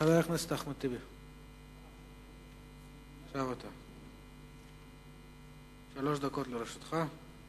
חבר הכנסת אחמד טיבי, שלוש דקות לרשותך.